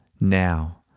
Now